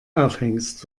aufhängst